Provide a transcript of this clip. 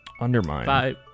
undermine